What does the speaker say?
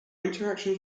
interactions